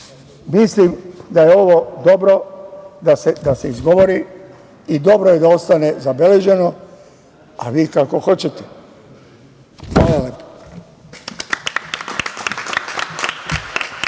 Mislim da je ovo dobro da se izgovori i dobro je da ostane zabeleženo, a vi kako hoćete. Hvala vam.